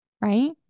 right